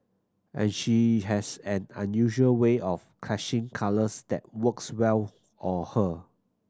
and she has an unusual way of clashing colours that works well on her